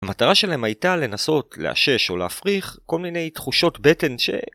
המטרה שלהם הייתה לנסות לאשש או להפריך כל מיני תחושות בטן ש...